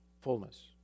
fullness